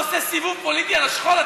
אתה עושה סיבוב פוליטי על השכול?